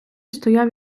стояв